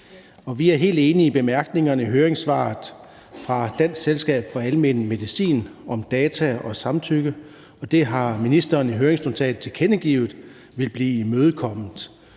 i bemærkningerne i høringssvaret fra Dansk Selskab for Almen Medicin om data og samtykke. Det har ministeren i høringsnotatet tilkendegivet vil blive imødekommet,